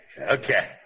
Okay